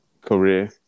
Career